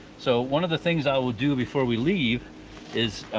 so one of the things i will do before we leave is,